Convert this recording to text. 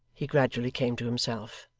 he gradually came to himself.